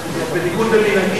בניגוד למנהגי,